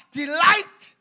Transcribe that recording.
delight